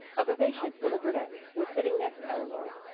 a vivacious little brunette was sitting next eleanor.